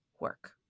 work